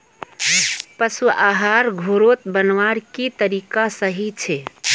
पशु आहार घोरोत बनवार की तरीका सही छे?